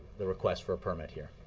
the request for a permit here.